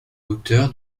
hauteur